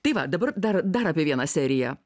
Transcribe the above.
tai va dabar dar dar apie vieną seriją